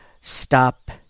stop